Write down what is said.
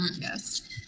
Yes